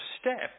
step